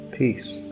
peace